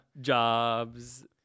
jobs